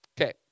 Okay